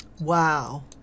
Wow